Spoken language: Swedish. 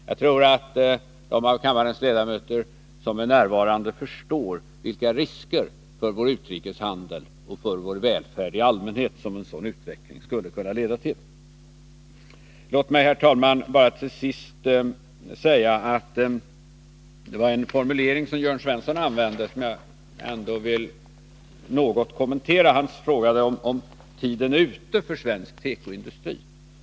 Jag tror att de av kammarens ledamöter som är närvarande förstår vilka risker för vår utrikeshandel och vår välfärd i allmänhet som en sådan utveckling skulle kunna leda till. Låt mig, herr talman, till sist bara något kommentera en formulering som Jörn Svensson använde. Han frågade om tiden är ute för svensk tekoindustri.